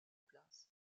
place